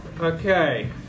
Okay